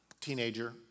teenager